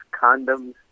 condoms